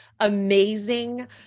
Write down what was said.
Amazing